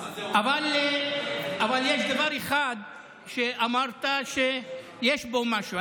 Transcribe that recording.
אבל יש דבר אחד שאמרת שיש בו משהו,